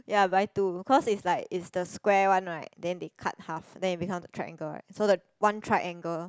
ya buy two cause is like is the square one right then they cut half then it become a triangle right so the one triangle